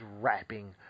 rapping